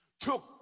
took